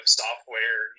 software